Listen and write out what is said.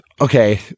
Okay